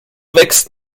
wächst